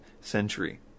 century